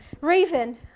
Raven